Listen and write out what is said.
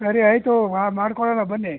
ಸರಿ ಆಯಿತು ಹಾಂ ಮಾಡ್ಕೊಡೋಣ ಬನ್ನಿ